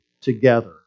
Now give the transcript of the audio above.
together